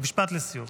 משפט לסיום.